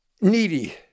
needy